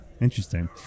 Interesting